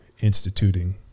instituting